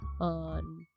on